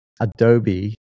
Adobe